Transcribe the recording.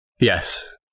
Yes